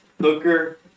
Hooker